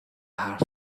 حرف